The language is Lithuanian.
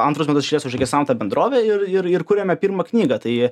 antrus metus iš eilės užregistravom tą bendrovę ir ir ir kuriame pirmą knygą tai